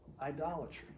idolatry